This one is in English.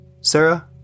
Sarah